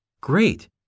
Great